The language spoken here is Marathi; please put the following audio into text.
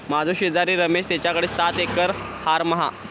माझो शेजारी रमेश तेच्याकडे सात एकर हॉर्म हा